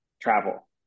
travel